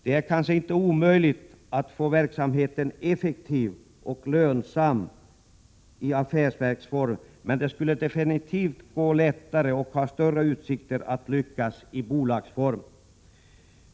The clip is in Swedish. Det är kanske inte omöjligt att få verksamheten effektiv och lönsam i affärsverksform, men det skulle definitivt gå lättare och utsikterna att lyckas skulle vara större i bolagsform.